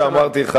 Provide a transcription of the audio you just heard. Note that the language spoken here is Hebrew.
כפי שאמרתי לך,